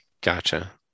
Gotcha